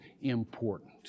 important